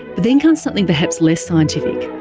then comes something perhaps less scientific,